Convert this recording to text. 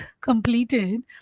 completed